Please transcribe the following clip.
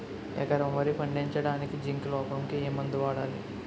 ఎకరం వరి పండించటానికి జింక్ లోపంకి ఏ మందు వాడాలి?